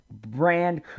brand